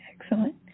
excellent